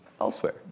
elsewhere